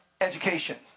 Education